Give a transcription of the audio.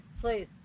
please